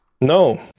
No